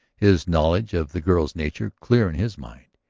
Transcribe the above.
his knowledge of the girl's nature clear in his mind.